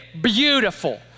beautiful